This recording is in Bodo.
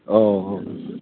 औ